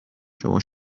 شما